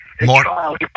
Mark